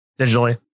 digitally